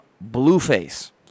Blueface